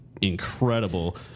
incredible